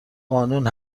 قانون